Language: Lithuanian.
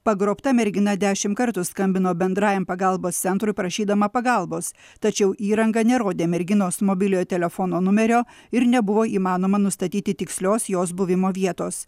pagrobta mergina dešimt kartų skambino bendrajam pagalbos centrui prašydama pagalbos tačiau įranga nerodė merginos mobiliojo telefono numerio ir nebuvo įmanoma nustatyti tikslios jos buvimo vietos